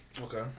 Okay